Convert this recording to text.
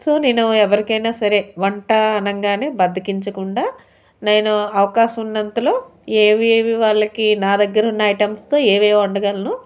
so నేను ఎవరికైనా సరే వంట అనగానే బద్దగించకుండా నేను అవకాశం ఉన్నంతలో ఏవేవి వాళ్ళకి నా దగ్గర ఉన్న ఐటమ్స్తో ఏవేవి వండగలను